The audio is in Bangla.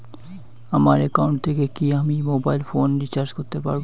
আমার একাউন্ট থেকে কি আমি মোবাইল ফোন রিসার্চ করতে পারবো?